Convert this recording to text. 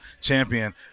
champion